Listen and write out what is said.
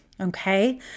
Okay